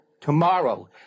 tomorrow